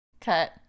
cut